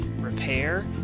repair